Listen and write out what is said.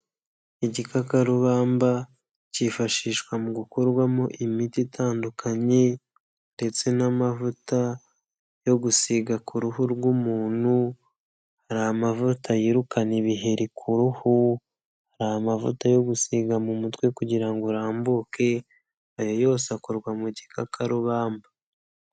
Igikakarubamba cyifashishwa mu gukorwamo imiti itandukanye, ndetse n'amavuta yo gusiga ku ruhu rw'umuntu, hari amavuta yirukana ibiheri kuhu, hari amavuta yo gusiga mu mutwe kugira umusatsi urambuke, ayo yose akorwa mu gikakarubamba.